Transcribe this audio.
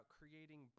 creating